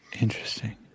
Interesting